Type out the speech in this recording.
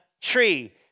tree